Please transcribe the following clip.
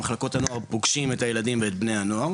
במחלקות הנוער פוגשים את הילדים ובני הנוער,